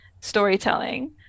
storytelling